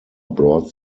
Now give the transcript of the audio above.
brought